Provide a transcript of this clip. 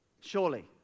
surely